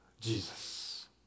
Jesus